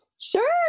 Sure